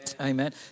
Amen